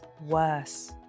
Worse